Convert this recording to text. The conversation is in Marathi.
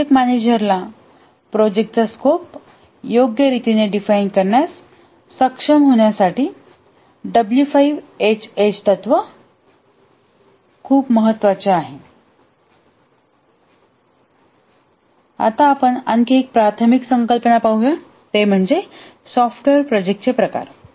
प्रोजेक्ट मॅनेजरला प्रोजेक्टचा स्कोप योग्य रितीने डिफाइन करण्यास सक्षम होण्यासाठी डब्ल्यू 5 एचएच तत्त्व खूप महत्वाचे आहे आता आपण आणखी एक प्राथमिक संकल्पना पाहूया ते म्हणजे सॉफ्टवेअर प्रोजेक्टचे प्रकार